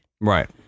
Right